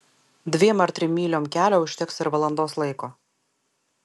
dviem ar trim myliom kelio užteks ir valandos laiko